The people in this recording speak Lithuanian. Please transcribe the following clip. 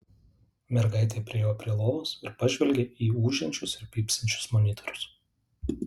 mergaitė priėjo prie lovos ir pažvelgė į ūžiančius ir pypsinčius monitorius